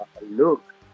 look